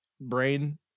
brain